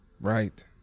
Right